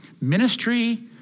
ministry